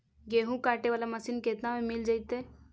गेहूं काटे बाला मशीन केतना में मिल जइतै?